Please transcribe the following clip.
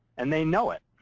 and they know it.